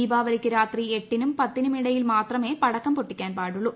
ദീപാവലിക്കു രാത്രി എട്ടിനും പത്തിനും ഇടയിൽ മാത്രമേ പടക്കം പൊട്ടിക്കാൻ പാടുള്ളൂ